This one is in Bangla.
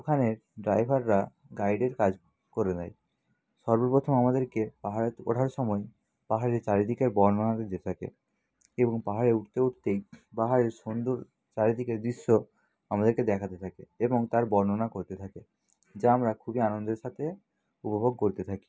ওখানের ড্রাইভাররা গাইডের কাজ করে দেয় সর্ব প্রথম আমাদেরকে পাহাড়ে ওঠার সময় পাহাড়ের চারিদিকের বর্ণনা দিতে থাকে এবং পাহাড়ে উঠতে উঠতেই পাহাড়ের সুন্দর চারিদিকের দৃশ্য আমাদেরকে দেখাতে থাকে এবং তার বর্ণনা করতে থাকে যা আমরা খুবই আনন্দের সাথে উপভোগ করতে থাকি